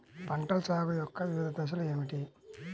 పంటల సాగు యొక్క వివిధ దశలు ఏమిటి?